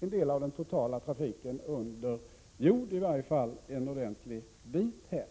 något av den totala trafiken under jord, i varje fall på en ordentlig sträcka.